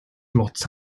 blots